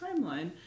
timeline